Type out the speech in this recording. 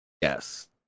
Yes